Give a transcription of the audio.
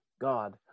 god